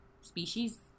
species